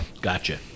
Gotcha